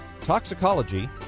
toxicology